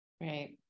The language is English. Right